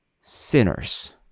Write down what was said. sinners